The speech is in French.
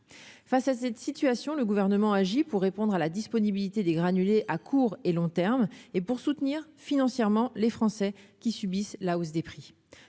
face à cette situation, le gouvernement agit pour répondre à la disponibilité des granulés à court et long terme et pour soutenir financièrement les Français qui subissent la hausse des prix